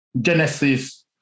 Genesis